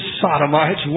sodomites